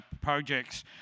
projects